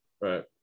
Right